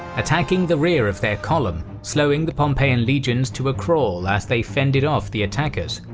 attacking the rear of their column, slowing the pompeian legions to a crawl as they fended off the attackers.